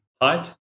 height